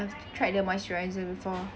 I've tried the moisturiser before